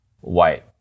white